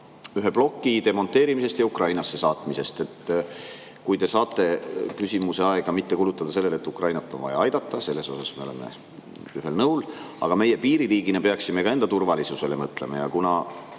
ühe ploki demonteerimisest ja Ukrainasse saatmisest. [Oleks hea, kui] te saate vastuse aega mitte kulutada sellele, et Ukrainat on vaja aidata – selles osas me oleme ühel nõul. Aga meie piiririigina peaksime ka enda turvalisusele mõtlema.